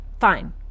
Fine